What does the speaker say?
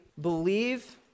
believe